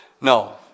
No